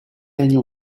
regno